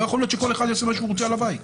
לא יכול להיות שכל אחד יעשה מה שהוא רוצה על הבית.